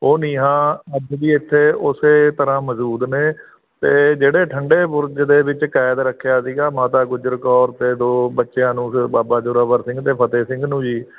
ਉਹ ਨੀਹਾਂ ਅੱਜ ਵੀ ਇੱਥੇ ਉਸੇ ਤਰ੍ਹਾਂ ਮੌਜੂਦ ਨੇ ਅਤੇ ਜਿਹੜੇ ਠੰਡੇ ਬੁਰਜ ਦੇ ਵਿੱਚ ਕੈਦ ਰੱਖਿਆ ਸੀਗਾ ਮਾਤਾ ਗੁਜਰ ਕੌਰ ਅਤੇ ਦੋ ਬੱਚਿਆਂ ਨੂੰ ਫਿਰ ਬਾਬਾ ਜ਼ੋਰਾਵਰ ਸਿੰਘ ਅਤੇ ਫਤਿਹ ਸਿੰਘ ਨੂੰ ਜੀ